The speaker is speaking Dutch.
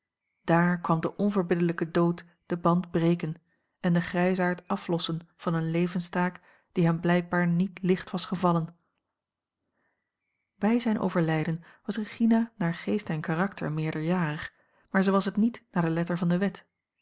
dààr kwam de onverbiddelijke dood den band breken en den grijsaard aflossen van eene levenstaak die hem blijkbaar niet licht was gevallen bij zijn overlijden was regina naar geest en karakter meerderjarig maar zij was het niet naar de letter van de wet